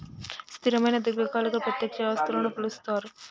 స్థిరమైన దీర్ఘకాలిక ప్రత్యక్ష ఆస్తులుగా పిలుస్తరు